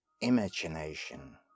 imagination